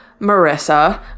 Marissa